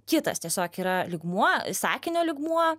kitas tiesiog yra lygmuo sakinio lygmuo